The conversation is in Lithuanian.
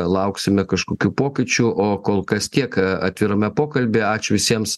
lauksime kažkokių pokyčių o kol kas tiek a atvirame pokalbyje ačiū visiems